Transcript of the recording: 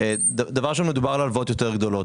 דבר ראשון, מדובר בהלוואות יותר גדולות.